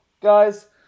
Guys